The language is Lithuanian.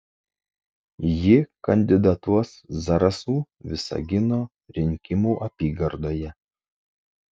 ji kandidatuos zarasų visagino rinkimų apygardoje